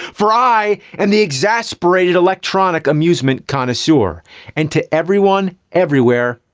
for i and the exasperated electronic amusement connoisseur and to everyone, everywhere,